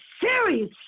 serious